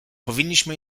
powinniśmy